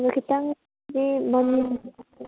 ꯑꯗꯨ ꯈꯤꯇꯪꯗꯤ ꯃꯅꯨꯡ